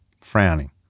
frowning